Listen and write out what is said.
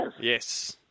Yes